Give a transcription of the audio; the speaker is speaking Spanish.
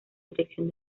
dirección